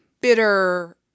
bitter